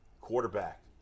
Quarterback